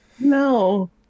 No